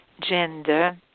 gender